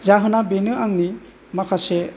जाहोनआ बेनो आंनि माखासे